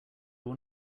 will